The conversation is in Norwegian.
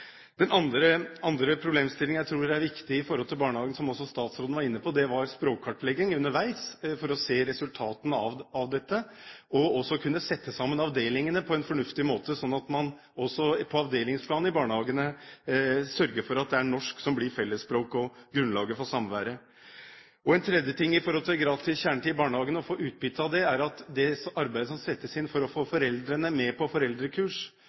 Den andre problemstillingen jeg tror er viktig i forhold til barnehagen – som også statsråden var inne på – er språkkartlegging underveis for å se resultatene av dette og også for å kunne sette sammen avdelingene på en fornuftig måte, slik at man også på avdelingsplan i barnehagene sørger for at det er norsk som blir fellesspråket og grunnlaget for samværet. En tredje ting i forhold til gratis kjernetid i barnehagene og å få utbytte av det er at det arbeidet som settes inn for å få foreldrene med på foreldrekurs,